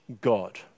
God